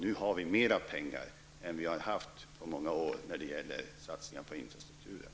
Nu har vi dess bättre mer pengar än vi har haft på många år när det gäller satsningar på infrastrukturen.